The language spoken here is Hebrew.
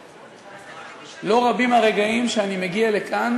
לא רבים הרגעים שאני מגיע לכאן